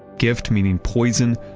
gift meaning poison,